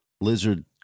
lizard